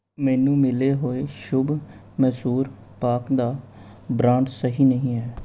ਮੈਨੂੰ ਮਿਲੇ ਹੋਏ ਸ਼ੁਭ ਮਸ਼ਹੂਰ ਪਾਕ ਦਾ ਬ੍ਰਾਂਡ ਸਹੀ ਨਹੀਂ ਹੈ